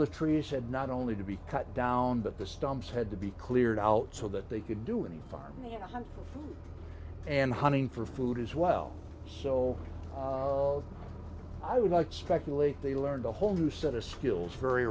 the trees and not only to be cut down but the stumps had to be cleared out so that they could do and farming and hunting for food as well so i would like to speculate they learned a whole new set of skills very